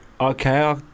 Okay